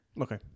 Okay